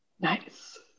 nice